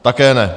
Také ne.